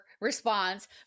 response